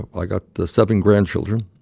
i got the seven grandchildren.